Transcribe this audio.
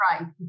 right